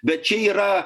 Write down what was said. bet čia yra